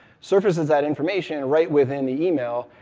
surfaces that information right within the email,